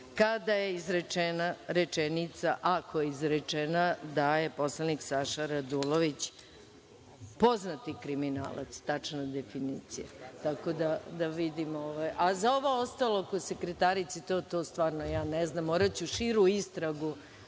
kada je izrečena rečenica, ako je izrečena, da je poslanik Saša Radulović poznati kriminalac, tačna definicija.Za ovo ostalo, oko sekretarice, to stvarno ja ne znam. Moraću širu istragu